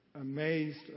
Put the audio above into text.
amazed